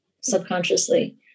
subconsciously